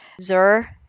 Zur